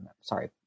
Sorry